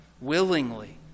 willingly